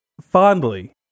fondly